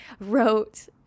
wrote